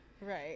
Right